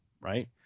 right